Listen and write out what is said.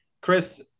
Chris